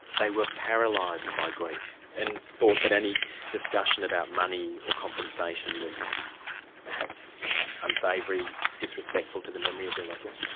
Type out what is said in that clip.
they were paralysed by grief, and thought that any discussion about money or compensation was perhaps unsavoury, disrespectful to the memory of their loved one?